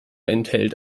enthält